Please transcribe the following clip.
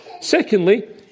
Secondly